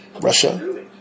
Russia